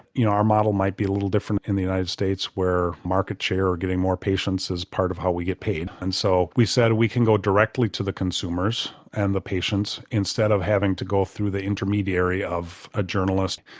you know our model might be a little different in the united states where market share or getting more patients is part of how we get paid and so we said we can go directly to the consumers and the patients instead of having to go through the intermediary of a journalist.